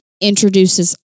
introduces